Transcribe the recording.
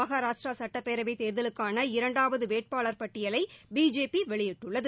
மகாராஷ்டிரா சுட்டப்பேரவை தேர்தலுக்கான இரண்டாவது வேட்பாளர் பட்டியலை பிஜேபி வெளியிட்டுள்ளது